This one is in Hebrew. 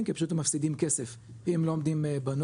כי פשוט הם מפסידים כסף אם לא עומדים בנורמה,